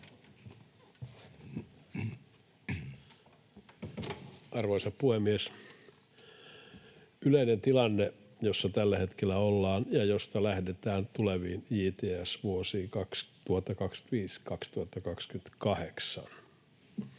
Arvoisa puhemies! Yleinen tilanne, jossa tällä hetkellä ollaan ja josta lähdetään tuleviin JTS-vuosiin 2025—2028: